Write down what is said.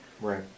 Right